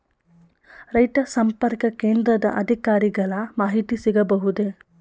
ರೈತ ಸಂಪರ್ಕ ಕೇಂದ್ರದ ಅಧಿಕಾರಿಗಳ ಮಾಹಿತಿ ಸಿಗಬಹುದೇ?